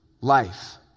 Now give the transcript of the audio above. life